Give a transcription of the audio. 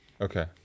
Okay